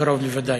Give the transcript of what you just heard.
קרוב לוודאי,